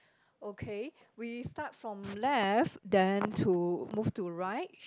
okay we start from left then to move to right